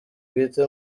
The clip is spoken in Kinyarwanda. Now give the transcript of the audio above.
bwite